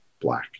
black